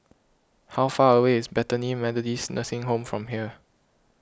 how far away is Bethany Methodist Nursing Home from here